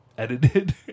Edited